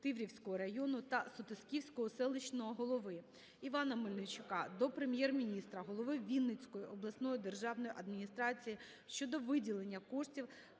Тиврівського району та Сутисківського селищного голови. Івана Мельничука до Прем'єр-міністра, голови Вінницької обласної державної адміністрації щодо виділення коштів